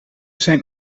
zijn